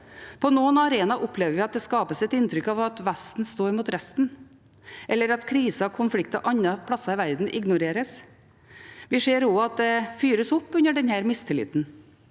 På noen arenaer opplever vi at det skapes et inntrykk av at Vesten står mot resten, eller at kriser og konflikter andre steder i verden ignoreres. Vi ser også at det fyres opp under denne mistilliten.